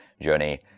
journey